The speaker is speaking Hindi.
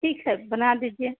ठीक है बना दीजिए